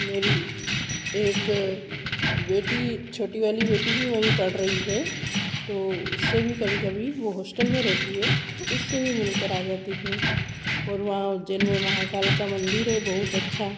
मेरी एक बेटी छोटी वाली बेटी भी वहीं पढ़ रही है तो उस से भी कभी कभी वो होस्टल में रहती है तो उससे भी मिल कर आ जाती हूँ और वहाँ उज्जैन में महाकाल का मंदिर है बहुत अच्छा है